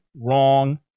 wrong